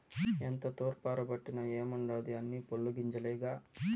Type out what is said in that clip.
ఎంత తూర్పారబట్టిన ఏముండాది అన్నీ పొల్లు గింజలేగా